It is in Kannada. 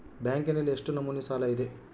ಬ್ಯಾಂಕಿನಲ್ಲಿ ಎಷ್ಟು ನಮೂನೆ ಸಾಲ ಇದೆ?